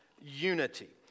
unity